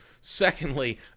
Secondly